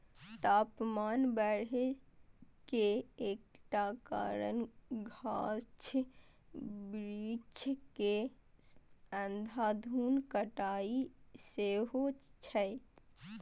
तापमान बढ़े के एकटा कारण गाछ बिरिछ के अंधाधुंध कटाइ सेहो छै